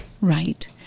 right